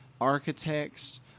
architects